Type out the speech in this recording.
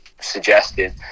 suggested